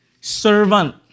servant